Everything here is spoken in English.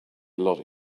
lot